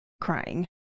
crying